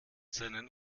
seinen